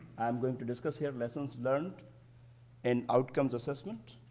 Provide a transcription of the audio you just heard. i'm going to discuss yeah lessons learned in outcomes assessment,